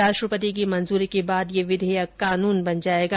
राष्ट्रपति की मंजूरी के बाद यह विधेयक कानून बन जायेगा